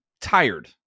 tired